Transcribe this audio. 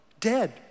dead